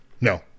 no